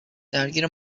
درگیر